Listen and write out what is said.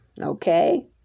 okay